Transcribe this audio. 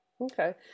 Okay